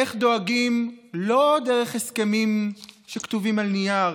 איך דואגים לא דרך הסכמים שכתובים על נייר